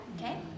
okay